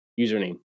username